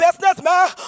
businessman